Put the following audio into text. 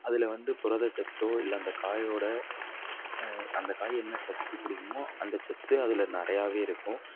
அதில் வந்து புரதச்சத்தோ இல்லை அந்த காயோடய அந்த காய் என்ன சத்து கொடுக்குமோ அந்த சத்து அதில் நிறையாவே இருக்கும்